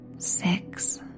Six